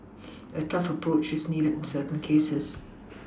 a tough approach is needed in certain cases